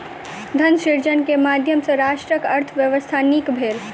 धन सृजन के माध्यम सॅ राष्ट्रक अर्थव्यवस्था नीक भेल